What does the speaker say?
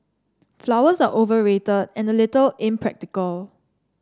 flowers are overrated and a little impractical